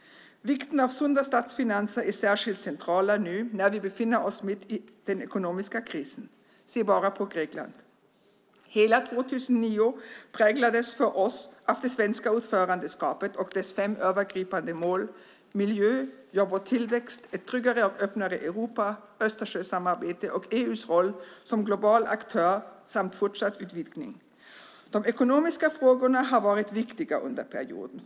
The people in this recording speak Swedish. Vikten av sunda statsfinanser är särskilt central nu när vi befinner oss mitt i den ekonomiska krisen. Se bara på Grekland! Hela 2009 präglades för oss av det svenska ordförandeskapet och dess fem övergripande mål: miljö, jobb och tillväxt, ett tryggare och öppnare Europa, Östersjösamarbetet och EU:s roll som global aktör samt fortsatt utvidgning. De ekonomiska frågorna har varit viktiga under perioden.